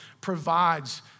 provides